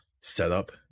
setup